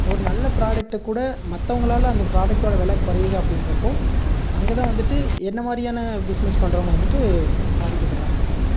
ஒரு நல்ல ப்ராடக்டை கூட மற்றவங்களால அந்த ப்ராடக்ட்டோட வில குறையிது அப்படின்றப்போ அங்கேதான் வந்துட்டு என்னை மாதிரியான பிஸ்னஸ் பண்ணுறவங்க வந்துட்டு பாதிக்க படுறாங்க